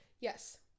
Yes